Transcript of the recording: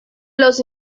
los